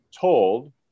told